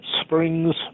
Springs